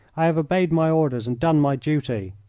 i have obeyed my orders and done my duty.